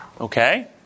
Okay